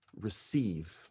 receive